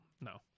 No